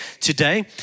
today